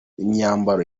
imyambaro